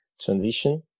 transition